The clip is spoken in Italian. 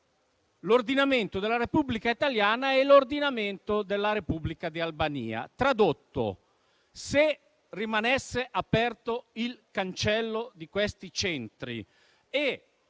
l'ordinamento della Repubblica italiana e l'ordinamento della Repubblica di Albania. Tradotto: se rimanesse aperto il cancello di questi centri e